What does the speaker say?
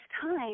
time